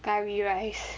curry rice